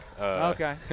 Okay